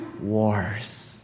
wars